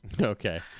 Okay